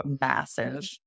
massive